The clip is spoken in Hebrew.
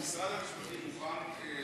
משרד המשפטים מוכן לבדוק?